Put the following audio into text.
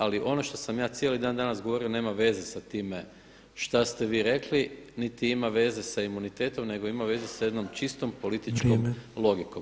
Ali ono što sam ja cijeli dan danas govorio nema veze sa time šta ste vi rekli niti ima veze sa imunitetom nego ima veze sa jednom čisto političkom logikom.